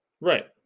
right